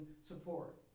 support